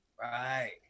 right